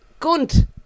Gunt